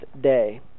day